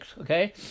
Okay